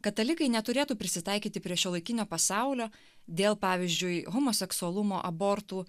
katalikai neturėtų prisitaikyti prie šiuolaikinio pasaulio dėl pavyzdžiui homoseksualumo abortų